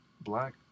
Black